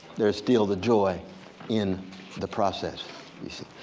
there's still the joy in the process you see.